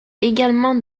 également